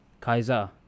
Kaiser